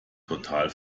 total